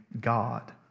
God